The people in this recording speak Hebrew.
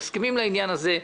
מסכימים לעניין הזה,